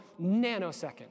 nanosecond